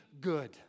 good